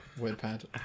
WordPad